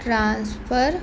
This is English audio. transfer